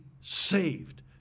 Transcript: saved